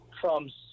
trump's